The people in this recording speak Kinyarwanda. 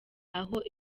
aho